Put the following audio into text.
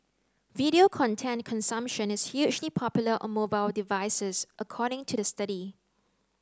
video content consumption is hugely popular on mobile devices according to the study